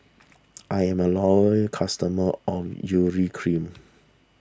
I'm a loyal customer of Urea Cream